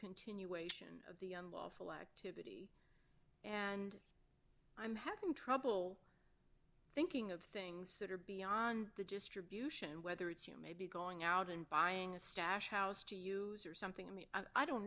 continuation of the unlawful act and i'm having trouble thinking of things that are beyond the distribution whether it's you maybe going out and buying a stash house to use or something i mean i don't